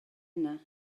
yna